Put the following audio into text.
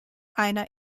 einer